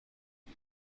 مگه